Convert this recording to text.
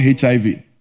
HIV